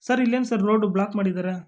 sir ಇಲ್ಲೇನು sir road block ಮಾಡಿದ್ದಾರೆ